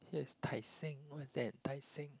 yes Tai-Seng what is that Tai-Seng